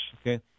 Okay